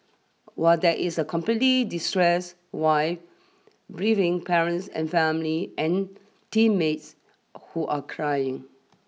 while there is a completely distress wife grieving parents and family and teammates who are crying